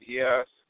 yes